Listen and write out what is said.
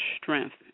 strength